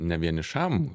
ne vienišam